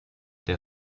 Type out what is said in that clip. der